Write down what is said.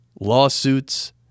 lawsuits